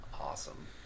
Awesome